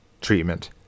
treatment